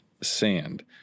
sand